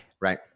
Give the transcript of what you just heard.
Right